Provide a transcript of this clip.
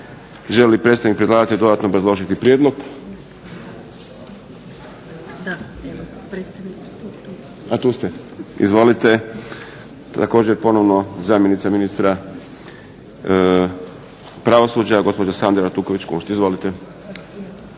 li predstavnik predlagatelja dodatno obrazložiti prijedlog? Izvolite. Također ponovno zamjenica ministra pravosuđa gospođa Sandra Artuković-Kunšt. Izvolite.